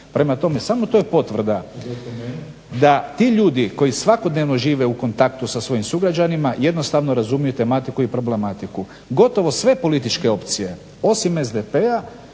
Prema tome, samo to je potvrda da ti ljudi koji svakodnevno žive u kontaktu sa svojim sugrađanima jednostavno razumiju tematiku i problematiku. Gotovo sve političke opcije osim SDP-a